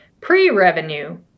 pre-revenue